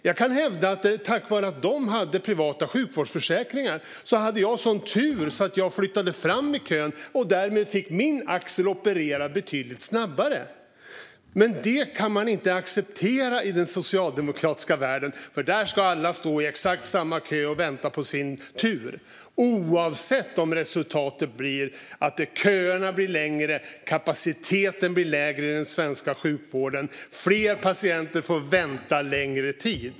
Jag kan hävda att tack vare att de hade privat sjukförsäkring hade jag turen att bli framflyttad i kön och därmed få min axel opererad betydligt snabbare. Men det kan man inte acceptera i den socialdemokratiska världen, för där ska alla stå i exakt samma kö och vänta på sin tur, trots att resultatet blir att köerna blir längre och kapaciteten lägre i den svenska sjukvården samtidigt som fler patienter får vänta längre tid.